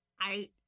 I-